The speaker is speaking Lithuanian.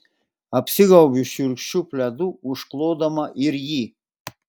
apsigaubiu šiurkščiu pledu užklodama ir jį